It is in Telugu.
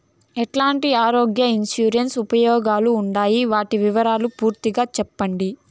ఎట్లాంటి ఆరోగ్య ఇన్సూరెన్సు ఉపయోగం గా ఉండాయి వాటి వివరాలు పూర్తిగా సెప్పండి?